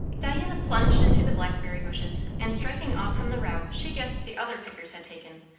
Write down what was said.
diana plunged into the blackberry bushes, and striking off from the route she guessed the other pickers had taken,